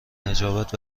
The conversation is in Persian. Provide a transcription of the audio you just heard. نجابت